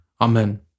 Amen